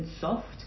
soft